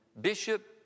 Bishop